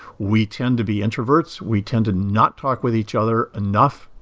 we tend to be introverts, we tend to not talk with each other enough,